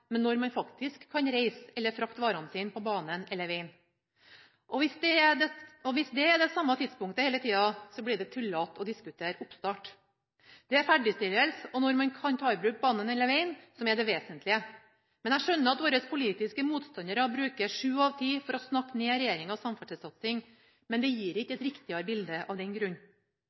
men når man faktisk kan reise eller frakte varene sine på banen eller veien. Hvis det er det samme tidspunktet hele tida, blir det tullete å diskutere oppstart. Det er ferdigstillelse og når man kan ta i bruk banen eller veien, som er det vesentlige. Jeg skjønner at våre politiske motstandere bruker sju av ti for å snakke ned regjeringas samferdselssatsing, men det gir ikke et riktigere bilde av den grunn.